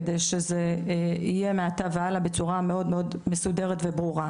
כדי שזה יהיה מעתה והלאה בצורה מאוד מאוד מסודרת וברורה.